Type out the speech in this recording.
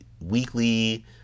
weekly